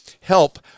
help